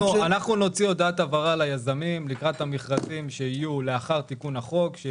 נוציא הודעת הבהרה ליזמים לקראת המכרזים שיהיו לאחר תיקון החוק כדי